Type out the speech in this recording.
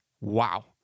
Wow